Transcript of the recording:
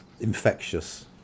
infectious